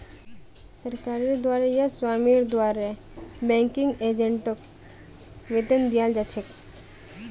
सरकारेर द्वारे या स्वामीर द्वारे बैंकिंग एजेंटक वेतन दियाल जा छेक